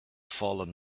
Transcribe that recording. fallen